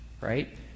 right